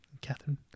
Catherine